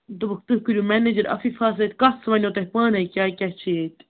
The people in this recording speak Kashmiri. دوٚپُکھ تُہۍ کٔرِو منیجَر اَفیٖفاہَس سۭتۍ کَتھ سُہ وَنیو تۄہہِ پانَے کیٛاہ کیٛاہ چھِ ییٚتہِ